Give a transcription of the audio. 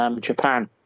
Japan